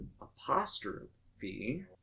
apostrophe